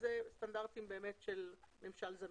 שאלה סטנדרטים של ממשל זמין.